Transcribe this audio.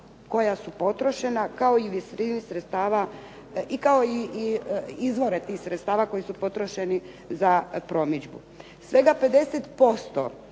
koja su potrošena, kao i izvore tih sredstava koji su potrošeni za promidžbu. Svega 50%